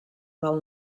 del